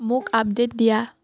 মোক আপডে'ট দিয়া